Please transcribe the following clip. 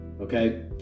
Okay